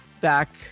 back